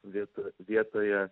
vieta vietoje